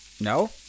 No